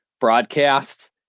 broadcasts